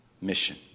mission